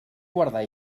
guardar